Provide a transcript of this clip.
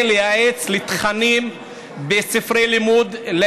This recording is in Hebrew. לייעץ לערבים במדינה על תכנים בספרי לימוד.